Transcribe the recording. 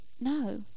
No